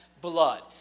blood